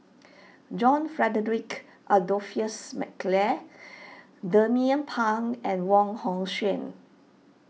John Frederick Adolphus McNair Jernnine Pang and Wong Hong Suen